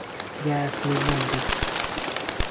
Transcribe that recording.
gas नि बनदी